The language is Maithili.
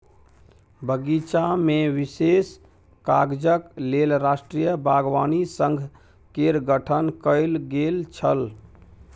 बगीचामे विशेष काजक लेल राष्ट्रीय बागवानी संघ केर गठन कैल गेल छल